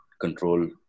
control